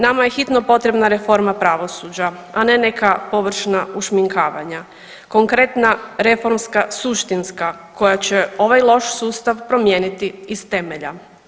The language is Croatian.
Nama je hitno potrebna reforma pravosuđa, a ne neka površna ušminkavanja konkretna reformska suštinska koja će ovaj loš sustav promijeniti iz temelja.